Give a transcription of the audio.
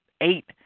eight